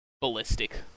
ballistic